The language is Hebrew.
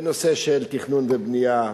בנושא של תכנון ובנייה,